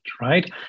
right